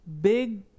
Big